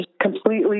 completely